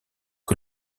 que